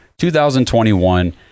2021